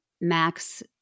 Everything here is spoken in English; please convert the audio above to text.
Max